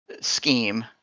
scheme